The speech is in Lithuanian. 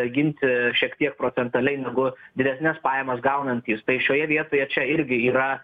ginti šiek tiek procentaliai negu didesnes pajamas gaunantys tai šioje vietoje čia irgi yra